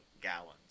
Gallons